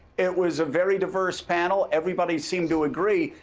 it was a very diverse panel. everybody seemed to agree.